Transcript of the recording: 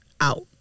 out